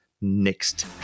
next